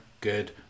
good